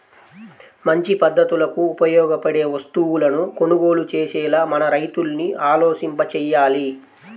మంచి పద్ధతులకు ఉపయోగపడే వస్తువులను కొనుగోలు చేసేలా మన రైతుల్ని ఆలోచింపచెయ్యాలి